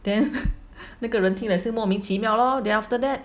then 那个人听了是莫名其妙 lor then after that